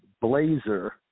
blazer